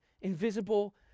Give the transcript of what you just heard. invisible